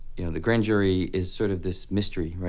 you know, the grand jury is sort of this mystery,